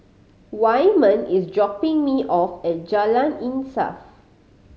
Wyman is dropping me off at Jalan Insaf